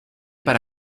para